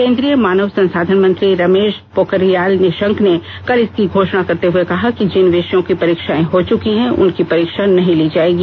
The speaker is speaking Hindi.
केंद्रीय मानव संसाधन मंत्री रमेश पोखरियाल निशंक ने कल इसकी घोषणा करते हुए कहा कि जिन विषयों की परीक्षाएं हो चुकी हैं उनकी परीक्षा नहीं ली जाएगी